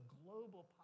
global